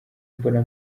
mbona